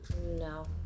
no